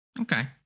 Okay